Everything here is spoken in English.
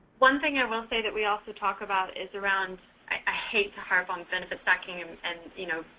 one thing i will say that we also talked about is around i hate to have on benefit stacking and, and you know,